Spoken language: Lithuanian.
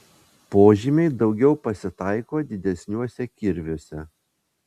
požymiai daugiau pasitaiko didesniuose kirviuose